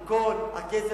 עם כל הכסף